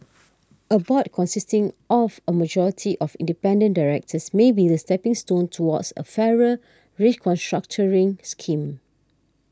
a board consisting of a majority of independent directors may be the stepping stone towards a fairer re constructuring scheme